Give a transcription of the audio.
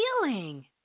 feeling